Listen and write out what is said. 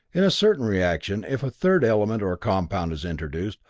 in a certain reaction, if a third element or compound is introduced,